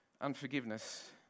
unforgiveness